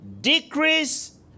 Decrease